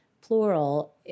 plural